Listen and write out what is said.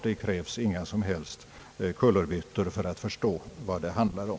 Det krävs inga som helst kullerbyttor för att förstå vad det handlar om.